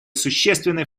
существенный